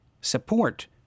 support